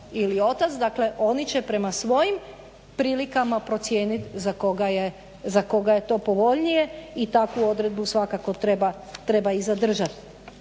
dakle oni će prema svojim prilikama procijeniti za koga je to povoljnije i takvu odredbu svakako treba i zadržati.